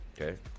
okay